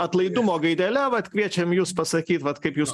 atlaidumo gaidele vat kviečiam jus pasakyt vat kaip jūs